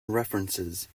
references